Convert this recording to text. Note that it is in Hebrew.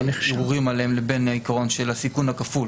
וערעורים עליהם לבין העיקרון של הסיכון הכפול.